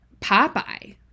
Popeye